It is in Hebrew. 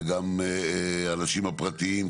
וגם האנשים הפרטיים.